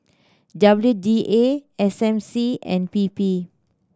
W D A S M C and P P